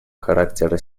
характера